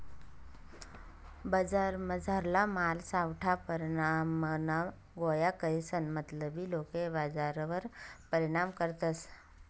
बजारमझारला माल सावठा परमाणमा गोया करीसन मतलबी लोके बजारवर परिणाम करतस